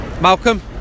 Malcolm